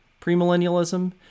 premillennialism